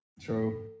True